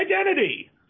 identity